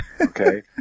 okay